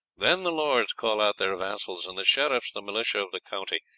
then the lords call out their vassals and the sheriffs the militia of the county,